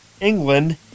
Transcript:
England